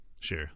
Sure